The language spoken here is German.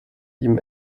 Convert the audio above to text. ihm